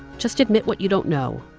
just admit what you don't know,